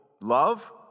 love